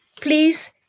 please